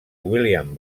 william